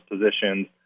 positions